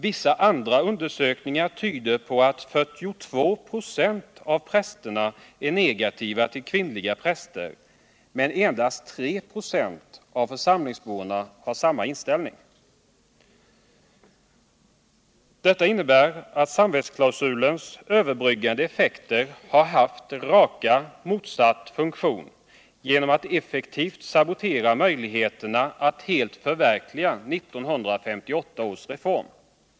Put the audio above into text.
Vissa andra undersökningar tyder på att 42 26 av prästerna är negativa till kvinnliga präster, men endast 3 26 av församlingsborna har samma inställning. Detta innebär att samvetsklausulens överbryggande effekter har haft rakt motsatt funktion genom att effektivt sabotera möjligheterna att helt förverkliga 1958 års reform.